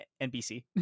NBC